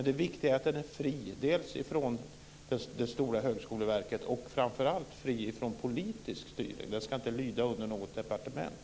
Det viktiga är att den är fri dels från det stora Högskoleverket, dels och framför allt från politisk styrning. Den ska inte lyda under något departement.